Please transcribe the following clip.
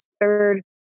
third